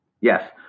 Yes